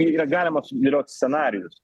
ir yra galima sudėliot scenarijus